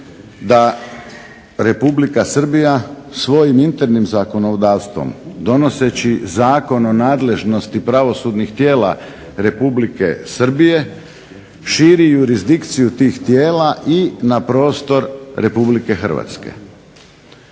da Republika Srbija svojim internim zakonodavstvom donoseći Zakon o nadležnosti pravosudnih tijela Republike Srbije širi jurisdikciju tih tijela i na prostor RH.